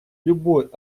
любой